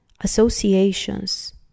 associations